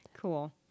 cool